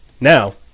Now